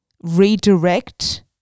redirect